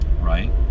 right